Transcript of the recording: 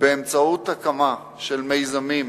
באמצעות הקמה של מיזמים